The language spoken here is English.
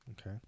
Okay